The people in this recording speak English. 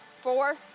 Four